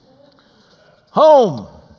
Home